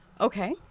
Okay